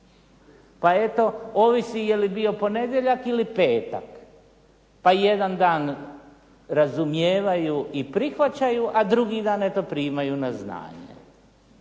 Pa eto ovisi je li bio ponedjeljak ili petak, pa jedan dan razumijevaju i prihvaćaju a drugi dan eto primaju na znanje.